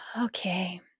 okay